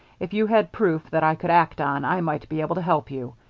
if you had proof that i could act on, i might be able to help you.